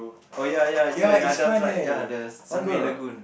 oh ya ya you and Nada tried ya the Sunway Lagoon